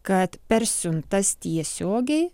kad per siuntas tiesiogiai